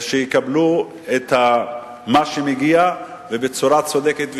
ושיקבל את מה שמגיע ובצורה צודקת ושוויונית,